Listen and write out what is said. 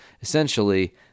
Essentially